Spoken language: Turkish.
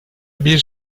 bir